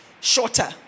shorter